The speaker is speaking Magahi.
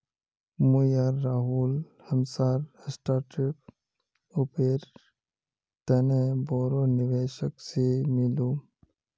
मुई आर राहुल हमसार स्टार्टअपेर तने बोरो निवेशक से मिलुम